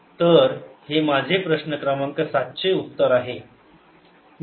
तर हे माझे प्रश्न क्रमांक सात चे उत्तर आहे